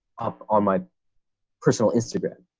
on my personal instagram?